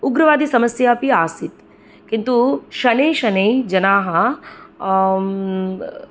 उग्रवादी समस्यापि आसीत् किन्तु शनैः शनैः जनाः